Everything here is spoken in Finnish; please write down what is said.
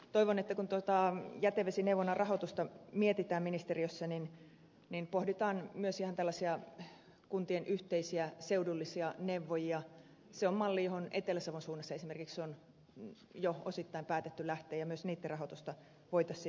toivon että kun tuota jätevesineuvonnan rahoitusta mietitään ministeriössä niin pohditaan myös mallia jossa olisi ihan tällaisia kuntien yhteisiä seudullisia neuvojia se on malli johon etelä savon suunnassa esimerkiksi on jo osittain päätetty lähteä ja myös rahoitusta siihen voitaisiin sitten tukea